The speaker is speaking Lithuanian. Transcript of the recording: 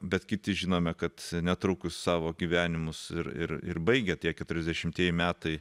bet kiti žinome kad netrukus savo gyvenimus ir ir ir baigia tie keturiasdešimtieji metai